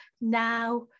Now